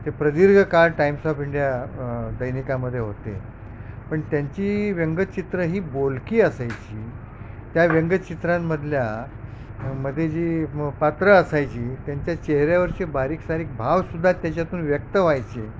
ते प्रदीर्घ काळ टाईम्स ऑफ इंडिया दैनिकामधे होते पण त्यांची व्यंगचित्रं ही बोलकी असायची त्या व्यंगचित्रांमधल्या मध्ये जी पात्र असायची त्यांच्या चेहऱ्यावरचे बारीकसारिक भावसुद्धा त्याच्यातून व्यक्त व्हायचे